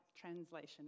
Translation